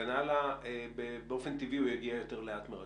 וכן הלאה, באופן טבעי הוא יגיע יותר לאט מהרכבת.